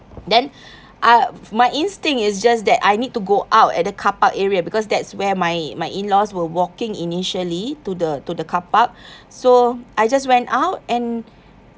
then I my instinct is just that I need to go out at the car park area because that's where my my in-laws were walking initially to the to the car park so I just went out and